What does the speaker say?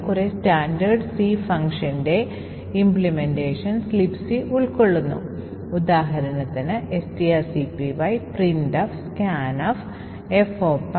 ഇപ്പോൾ കാനറികളെ പിന്തുണയ്ക്കുന്ന കംപൈലറൂകളിൽ ചേർക്കാനുള്ള നിർദ്ദേശങ്ങൾ ഉള്ള ഈ പ്രത്യേക ഘട്ടത്തിൽ കൂടുതൽ ആഡ് ചെയ്യാനും ഇൻസർട്ട് ചെയ്യാനും ഉള്ള നിർദ്ദേശങ്ങൾ ഉണ്ട്